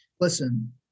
listen